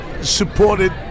supported